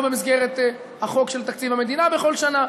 וזה לא במסגרת החוק של תקציב המדינה בכל שנה.